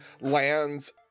lands